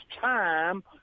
time